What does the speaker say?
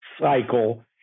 cycle